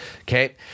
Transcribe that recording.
Okay